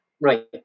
right